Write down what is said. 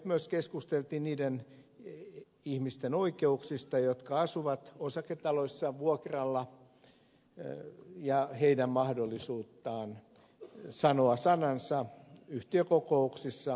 myös keskusteltiin niiden ihmisten oikeuksista jotka asuvat osaketaloissa vuokralla ja heidän mahdollisuudestaan sanoa sanansa yhtiökokouksissa